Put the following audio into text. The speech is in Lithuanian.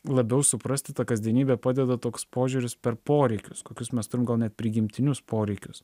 labiau suprasti tą kasdienybę padeda toks požiūris per poreikius kokius mes turim gal net prigimtinius poreikius